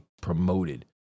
promoted